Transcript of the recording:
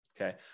okay